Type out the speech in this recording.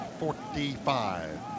45